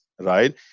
right